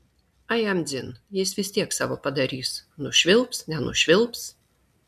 a jam dzin jis vis tiek savo padarys nušvilps nenušvilps